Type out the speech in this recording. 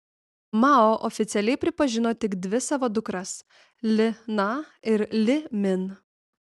mao oficialiai pripažino tik dvi savo dukras li na ir li min